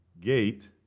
Gate